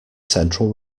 central